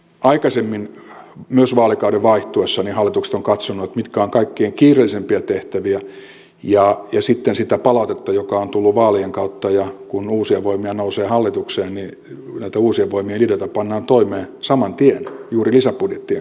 aikaisemmin myös vaalikauden vaihtuessa hallitukset ovat katsoneet mitkä ovat kaikkein kiireellisimpiä tehtäviä ja sitten sitä palautetta joka on tullut vaalien kautta ja kun uusia voimia nousee hallitukseen niin näitä uusien voimien ideoita pannaan toimeen saman tien juuri lisäbudjettien kautta